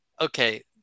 okay